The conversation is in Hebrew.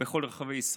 בכל רחבי ישראל.